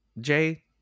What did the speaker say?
jay